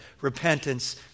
repentance